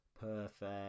Perfect